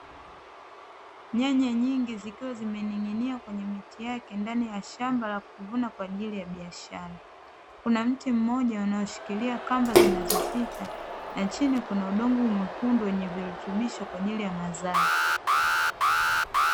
Nyanya nyingi zikiwa zimening'inia kwenye miti yake ndani ya shamba la kuvuna kwa ajili ya biashara, kuna mti mmoja unaoshikilia kamba zinazopita na chini kuna udongo mwekundu wenye virutubisho kwa ajili ya mazao.